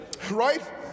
right